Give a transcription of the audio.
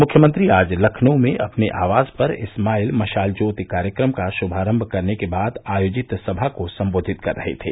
मुख्यमंत्री आज लखनऊ में अपने आवास पर स्माइल मशाल ज्योति कार्यक्रम का शुभारम्भ करने के बाद आयोजित सभा को सम्बोधित कर रहे थे